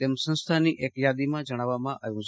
તેમ સંસ્થાની યાદીમાં જણાવવામાં આવ્યુ છે